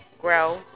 grow